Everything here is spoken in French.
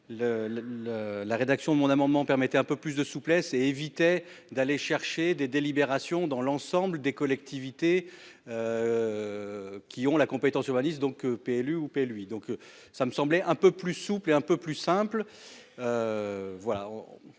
la rédaction de mon amendement permettait un peu plus de souplesse et évitait d'aller chercher des délibérations dans l'ensemble des collectivités. Qui ont la compétence urbanistes donc PLU Hooper lui donc ça me semblait un peu plus souple et un peu plus simple.